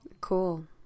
cool